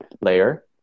layer